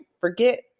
forget